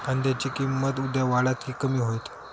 कांद्याची किंमत उद्या वाढात की कमी होईत?